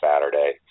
Saturday